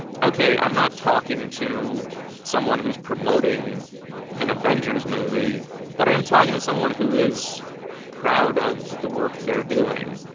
ok, i'm not talking to someone who's promoting an avengers movie, but i am talking to someone who is proud of the work they're doing.